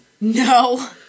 No